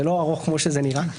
אז זה לא ארוך כמו שזה נראה.